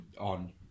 on